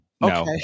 no